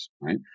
Right